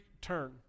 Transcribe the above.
turn